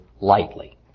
lightly